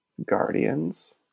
Guardians